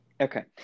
okay